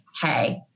Hey